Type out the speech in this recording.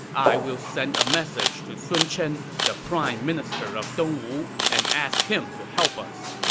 i will send a message to sun chen, the prime minister of dongwu, and ask him to help us.